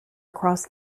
across